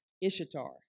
Ishtar